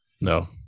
No